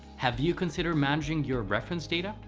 have you considered managing your reference data?